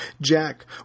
Jack